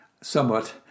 somewhat